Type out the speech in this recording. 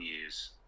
years